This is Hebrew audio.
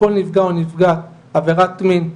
לכל נפגע או נפגעת עבירת מין,